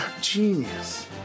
Genius